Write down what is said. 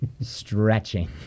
Stretching